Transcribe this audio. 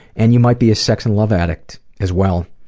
and you might be a sex and love addict as well.